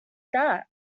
that